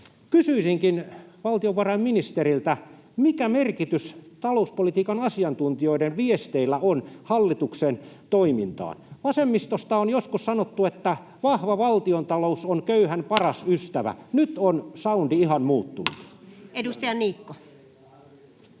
Kysyisinkin valtiovarainministeriltä: mikä merkitys talouspolitiikan asiantuntijoiden viesteillä on hallituksen toimintaan? Vasemmistosta on joskus sanottu, että vahva valtiontalous on köyhän paras ystävä. Nyt on